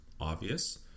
obvious